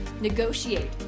negotiate